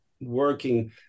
working